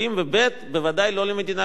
ובוודאי לא לגבי מדינה כמו מדינת ישראל.